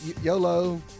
YOLO